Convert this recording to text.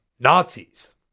Nazis